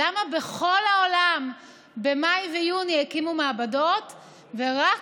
למה בכל העולם במאי ויוני הקימו מעבדות ורק